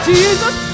Jesus